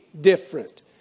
different